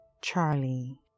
Charlie